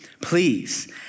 please